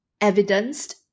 evidenced